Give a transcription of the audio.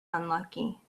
unlucky